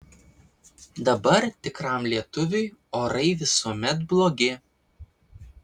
dabar tikram lietuviui orai visuomet blogi